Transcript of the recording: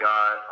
God